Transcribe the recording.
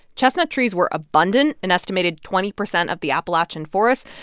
chestnut trees were abundant, an estimated twenty percent of the appalachian forest.